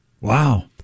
Wow